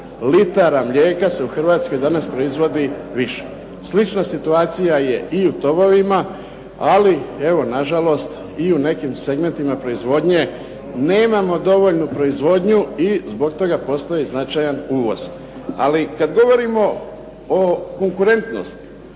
litara mlijeka se danas u Hrvatskoj proizvodi više. Slična situacija je i u tovovima ali evo nažalost i u nekim segmentima proizvodnje nemamo dovoljnu proizvodnju i zbog toga postoji značajan uvoz. Ali kad govorimo o konkurentnosti